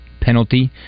penalty